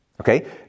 okay